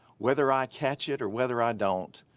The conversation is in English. whether i catch it or whether i don't,